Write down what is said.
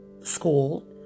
school